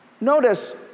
Notice